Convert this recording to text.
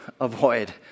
avoid